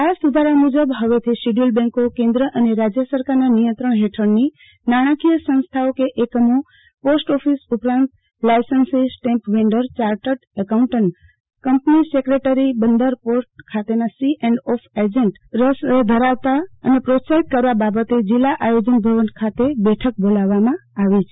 આ સુધારા મુજબ હવેથી શિડયુલ બેંકો કેન્દ્ર અને રાજ્ય સરકારના નિયંત્રણ હેઠળની નાણાંકીય સંસ્થાઓ કે એકમો પોસ્ટ ઓફિસ ઉપરાંત licensee stamp vendor chartered accountant company secretary બંદરપોર્ટ ખાતેના સી એન્ડ ઓફ એજન્ટ રસ ધરાવનાઓને સમજૂત કરવા પ્રોત્સાહિત કરવા બાબતે જિલ્લા આયોજન ભવન ખાતે બેઠક બોલાવવામાં આવી છે